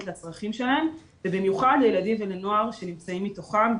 לצרכים שלהם ובמיוחד לילדים ולנוער שנמצאים מתוכם,